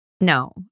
No